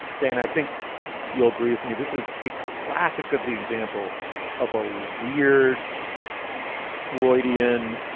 dana, i think you'll agree with me. this is a classic of the example of a weird freudian